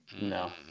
No